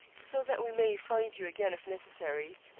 so that we may find you again if necessary.